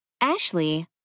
Ashley